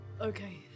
Okay